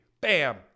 bam